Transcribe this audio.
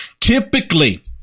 Typically